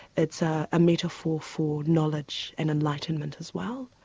it's a ah metaphor for knowledge and enlightenment as well.